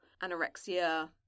anorexia